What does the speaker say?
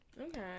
Okay